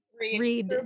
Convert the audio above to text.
read